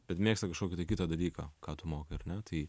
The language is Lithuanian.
bet mėgsta kažkokį tai kitą dalyką ką tu mokai ar ne tai